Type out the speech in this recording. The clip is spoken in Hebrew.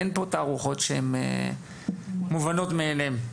אין פה תערוכות שהן מובנות מאליהן,